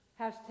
Hashtag